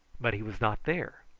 but he was not there.